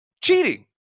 cheating